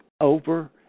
over